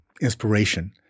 inspiration